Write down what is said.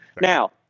Now